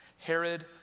Herod